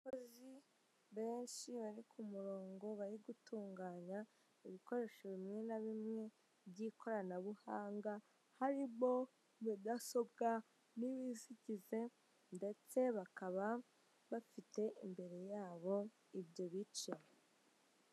Abakozi benshi bari ku murongo bari gutunganya ibikoresho bimwe na bimwe by'ikoranabuhanga, harimo mudasobwa n'ibizigize, ndetse bakaba bafite imbere ya bo ibyo bice.